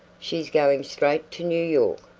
she's going straight to new york!